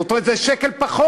זאת אומרת זה שקל פחות.